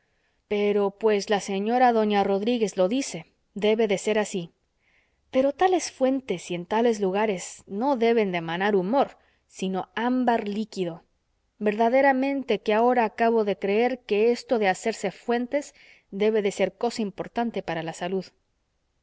pero pues la señora doña rodríguez lo dice debe de ser así pero tales fuentes y en tales lugares no deben de manar humor sino ámbar líquido verdaderamente que ahora acabo de creer que esto de hacerse fuentes debe de ser cosa importante para salud